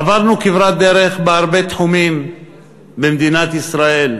עברנו כברת דרך בהרבה תחומים במדינת ישראל.